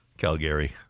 Calgary